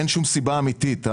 אין שום סיבה אמיתית.